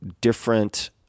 different